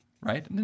Right